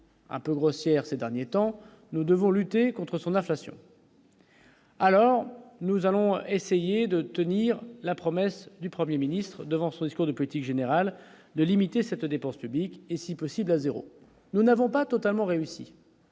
Un peu grossière ces derniers temps, nous devons lutter contre son inflation. Alors nous allons essayer de tenir la promesse du 1er ministre devant son discours de politique générale de limiter cette dépense publique et si possible à 0 nous n'avons pas totalement réussi.